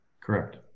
Correct